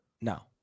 No